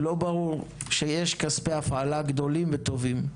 לא ברור שיש כספי הפעלה גדולים וטובים.